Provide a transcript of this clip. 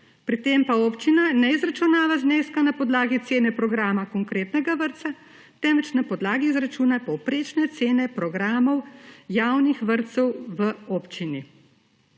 pri tem pa občina ne izračunava zneska na podlagi cene programa konkretnega vrtca, temveč na podlagi izračuna povprečne cene programov javnih vrtcev v občini.